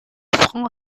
front